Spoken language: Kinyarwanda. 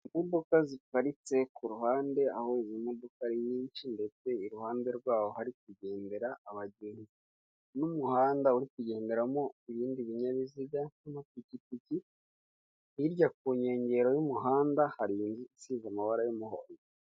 Imodoka ziparitse ku ruhande aho izi modoka ari nyinshi, ndetse iruhande rw'aho hari kugendera abagenzi n'umuhanda uri kugenderamo ibindi binyabiziga n'amapikipiki. Hirya ku nkengero y'umuhanda hari inzu isize amabara y'umuhondo.